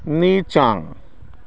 नीचाँ